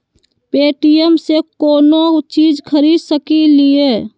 Paytm से कौनो चीज खरीद सकी लिय?